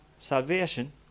salvation